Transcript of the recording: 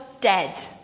dead